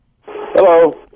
Hello